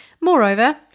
Moreover